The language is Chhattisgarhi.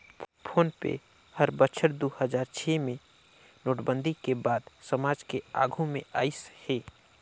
फोन पे हर बछर दू हजार छै मे नोटबंदी के बाद समाज के आघू मे आइस हे